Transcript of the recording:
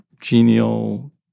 genial